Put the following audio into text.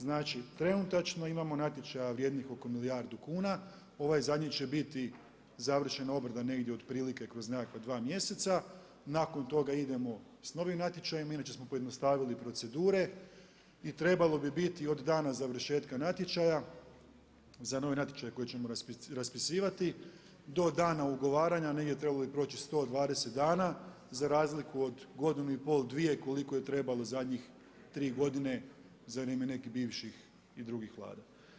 Znači, trenutačno imamo natječaja vrijednih oko milijardu kuna, ovaj zadnji će biti, završena obrada negdje otprilike kroz nekakva 2 mjeseca, nakon toga idemo sa novim natječajima, inače smo pojednostavili procedure i trebalo bi biti od dana završetka natječaja, za novi natječaj koji ćemo raspisivati, do dana ugovaranja, negdje trebalo bi proći 120 dana, za razliku od godinu i pol, dvije, koliko je trebalo zadnjih 3 godine, za vrijeme nekih bivših i drugih Vlada.